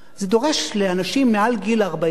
זה דורש מאנשים מעל גיל 40,